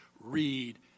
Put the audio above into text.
read